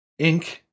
Inc